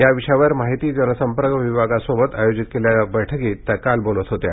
या विषयावर माहिती जनसंपर्क विभागाबरोबर आयोजित केलेल्या बैठकीत त्या काल बोलत होत्या